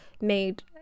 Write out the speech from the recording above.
made